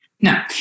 No